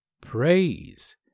Praise